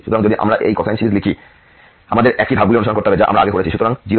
সুতরাং যদি আমরা এর কোসাইন সিরিজ লিখি আমাদের একই ধাপগুলি অনুসরণ করতে হবে যা আমরা আগে করেছি